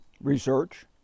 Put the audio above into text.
Research